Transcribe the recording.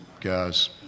guys